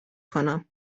کنم